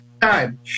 time